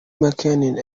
مكان